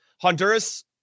Honduras